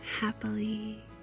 happily